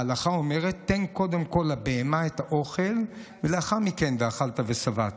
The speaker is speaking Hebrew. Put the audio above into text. ההלכה אומרת: תן קודם כול לבהמה את האוכל ולאחר מכן ואכלת ושבעת.